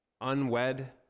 unwed